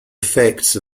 effects